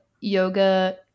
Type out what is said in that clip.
yoga